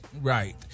right